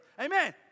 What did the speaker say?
Amen